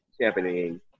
championing